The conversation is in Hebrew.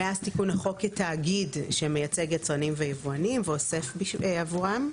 מאז תיקון החוק כתאגיד שמייצג יצרנים ויבואנים ואוסף עבורם.